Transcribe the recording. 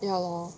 ya lor